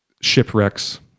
shipwrecks